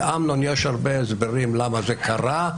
לאמנון יש הרבה הסברים למה זה קרה,